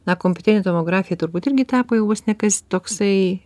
na kompiuterinė tomografija turbūt irgi teko vos ne kas toksai